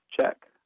check